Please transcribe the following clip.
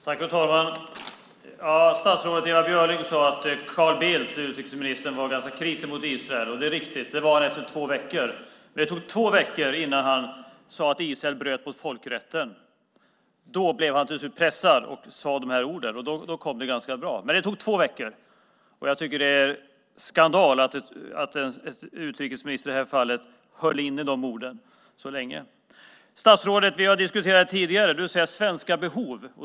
Fru talman! Statsrådet Ewa Björling sade att utrikesminister Carl Bildt var ganska kritisk mot Israel, och det är riktigt. Det var han efter två veckor. Det tog två veckor innan han sade att Israel bröt mot folkrätten. Då blev han till slut pressad och sade de här orden. Då sade han det ganska bra, men det tog två veckor. Jag tycker att det är skandal att en utrikesminister höll inne de orden så länge. Vi har diskuterat detta tidigare, statsrådet.